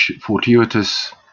fortuitous